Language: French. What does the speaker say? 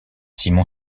simon